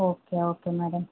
okay okay madam